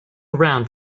around